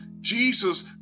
Jesus